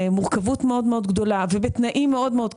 ומורכבות מאוד מאוד גדולה ובתנאים מאוד מאוד קשים.